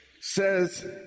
says